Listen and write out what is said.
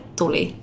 tuli